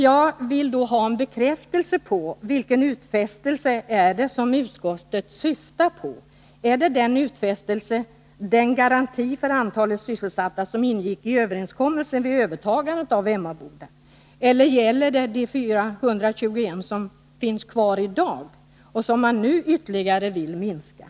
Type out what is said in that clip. Jag vill då ha en upplysning om vilken utfästelse utskottet syftar på. Är det den utfästelse, den garanti, beträffande antalet sysselsatta som ingick i överenskommelsen vid övertagandet av Emmaboda? Eller är det det antal sysselsatta som finns kvar i dag, dvs. 421, som man ytterligare vill minska?